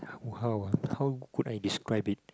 how ah how could I describe it